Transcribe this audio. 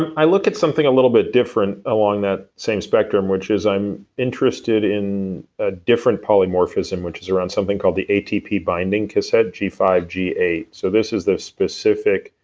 and i look at something a little bit different along that same spectrum which is i'm interested in a different polymorphism, which is around something called the atp binding cassette g five, g eight. so this is the specific.